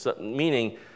meaning